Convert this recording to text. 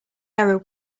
error